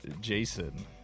Jason